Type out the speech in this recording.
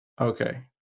Okay